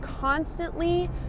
constantly